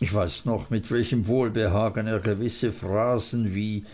ich weiß noch mit welchem wohlbehagen er gewisse phrasen wie